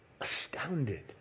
astounded